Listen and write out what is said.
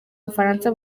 bufaransa